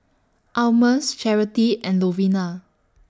Almus Charity and Lovina